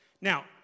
Now